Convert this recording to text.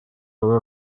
are